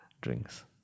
drinks